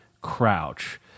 Crouch